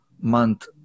Month